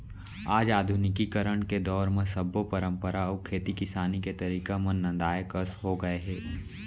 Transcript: आज आधुनिकीकरन के दौर म सब्बो परंपरा अउ खेती किसानी के तरीका मन नंदाए कस हो गए हे